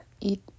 eat